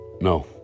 No